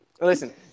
listen